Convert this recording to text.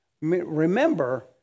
Remember